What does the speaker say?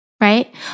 Right